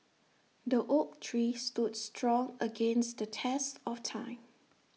the oak tree stood strong against the test of time